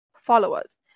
followers